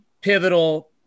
pivotal